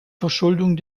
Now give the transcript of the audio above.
verschuldung